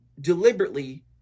deliberately